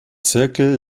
zirkel